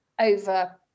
over